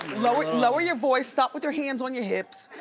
lower lower your voice, stop with your hands on your hips.